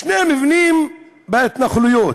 שני מבנים בהתנחלויות,